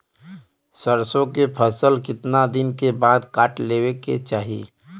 सरसो के फसल कितना दिन के बाद काट लेवे के चाही?